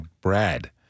Brad